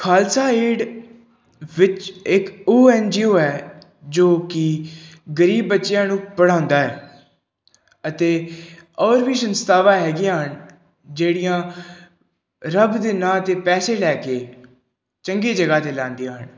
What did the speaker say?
Khalsa Aid ਵਿੱਚ ਇੱਕ ਉਹ ਐਨ ਜੀ ਓ ਹੈ ਜੋ ਕਿ ਗਰੀਬ ਬੱਚਿਆਂ ਨੂੰ ਪੜਾਉਂਦਾ ਹੈ ਅਤੇ ਔਰ ਵੀ ਸੰਸਥਾਵਾਂ ਹੈਗੀਆਂ ਹਨ ਜਿਹੜੀਆਂ ਰੱਬ ਦੇ ਨਾਂ 'ਤੇ ਪੈਸੇ ਲੈ ਕੇ ਚੰਗੀ ਜਗ੍ਹਾ 'ਤੇ ਲਾਉਂਦੀਆਂ ਹਨ